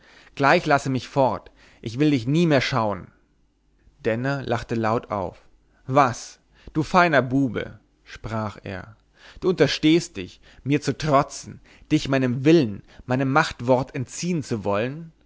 gleich lasse mich fort ich will dich nie mehr schauen denner lachte laut auf was du feiger bube sprach er du unterstehst dich mir zu trotzen dich meinem willen meinem machtwort entziehen zu wollen